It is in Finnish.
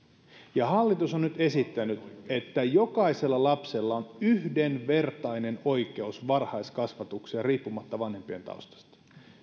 ja hallitus on nyt esittänyt että jokaisella lapsella on yhdenvertainen oikeus varhaiskasvatukseen riippumatta vanhempien taustasta